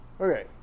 Okay